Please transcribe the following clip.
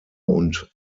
und